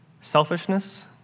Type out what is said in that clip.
selfishness